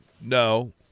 No